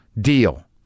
deal